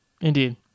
indeed